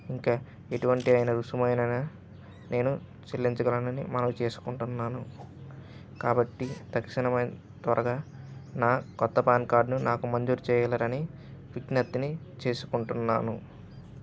ఇంకా ఎటువంటి అయిన రుసుమైన నేను చెల్లించగలనని మనవి చేసుకుంటున్నాను కాబట్టి తక్షణమే త్వరగా నా కొత్త పాన్ కార్డును నాకు మంజూరు చేయగలరని విజ్ఞప్తి చేసుకుంటున్నాను